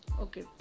okay